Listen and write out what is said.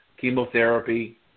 chemotherapy